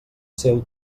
seu